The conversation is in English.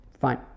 Fine